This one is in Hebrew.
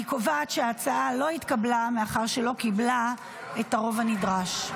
אני קובעת שההצעה לא התקבלה מאחר שלא קיבלה את הרוב הנדרש.